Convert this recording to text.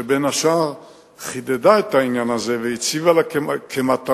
שבין השאר חידדה את העניין הזה והציבה לה כמטרה,